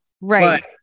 Right